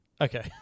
Okay